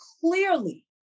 clearly